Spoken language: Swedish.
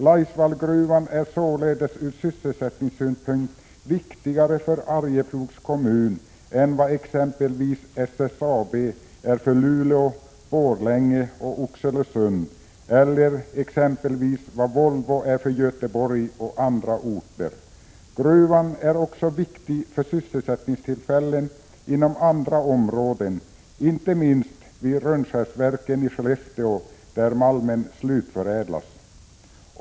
Laisvallgruvan är således ur sysselsättningssynpunkt viktigare för Arjeplogs kommun än vad exempelvis SSAB är för Luleå, Borlänge och Oxelösund eller exempelvis vad Volvo är för Göteborg och andra orter. Gruvan är också viktig när det gäller sysselsättningstillfällen inom andra områden, inte minst vid Rönnskärsverken i Skellefteå, där malmen slutförädlas.